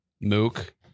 mook